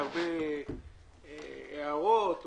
עלינו להרחיב את התכנית הזאת.